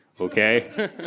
okay